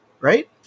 right